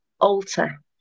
alter